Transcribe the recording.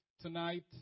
Tonight